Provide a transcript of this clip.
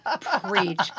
Preach